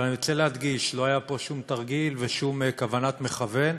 אבל אני רוצה להדגיש: לא היה פה שום תרגיל ושום כוונת מכוון,